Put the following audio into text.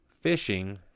fishing